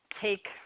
take